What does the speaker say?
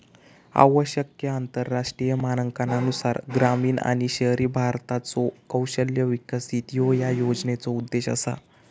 आवश्यक आंतरराष्ट्रीय मानकांनुसार ग्रामीण आणि शहरी भारताचो कौशल्य विकास ह्यो या योजनेचो उद्देश असा